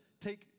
take